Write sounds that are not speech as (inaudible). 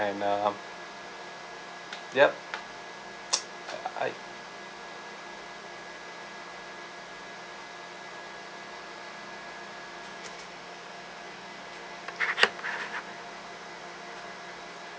and uh yup (noise) I I (noise)